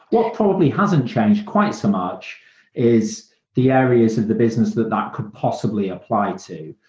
what probably hasn't changed quite so much is the areas of the business that that could possibly apply to.